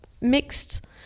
mixed